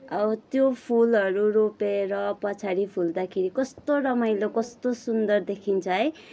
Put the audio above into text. अब त्यो फुलहरू रोपेर पछाडि फुल्दाखेरि कस्तो रमाइलो कस्तो सुन्दर देखिन्छ है